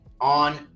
on